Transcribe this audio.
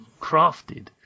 crafted